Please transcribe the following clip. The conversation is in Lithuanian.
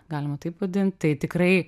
galima taip vadint tai tikrai